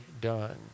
done